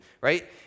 right